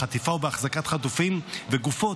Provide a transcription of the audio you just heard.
בחטיפה ובאחזקת חטופים וגופות,